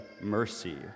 mercy